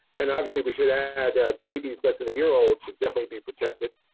and obviously we should add babies less than a year old should definitely be protected,